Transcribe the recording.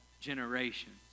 generations